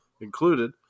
included